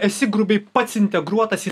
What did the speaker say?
esi grubiai pats integruotas į